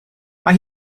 mae